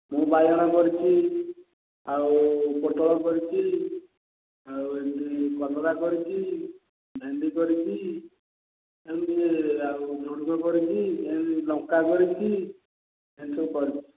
ମୁଁ ବାଇଗଣ କରିଛି ଆଉ ପୋଟଳ କରିଛି ଆଉ ଏମିତି କଲରା କରିଛି ଭେଣ୍ଡି କରିଛିଏମିତି ଆଉ ଝୁଡ଼ଙ୍ଗ କରିଛି ଏମିତି ଲଙ୍କା କରିଛି ଏମିତି ସବୁ କରିଛି